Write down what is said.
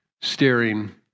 staring